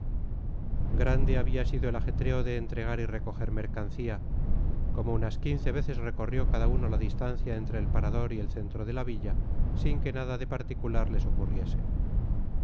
grande había sido el ajetreo de entregar y recoger mercancía como unas quince veces recorrió cada uno la distancia entre el parador y el centro de la villa sin que nada de particular les ocurriese